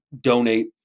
donate